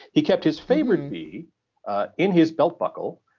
he kept his favourite bee in his belt buckle,